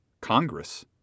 Congress